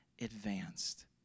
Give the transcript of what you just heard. advanced